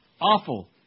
Awful